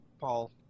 Paul